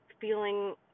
feeling